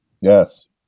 Yes